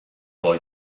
boy